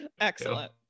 Excellent